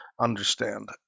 understand